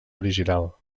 original